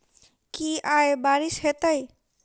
की आय बारिश हेतै?